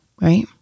right